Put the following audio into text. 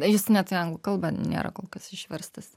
jis net į anglų kalbą nėra kolkas išverstas